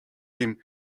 him